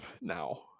now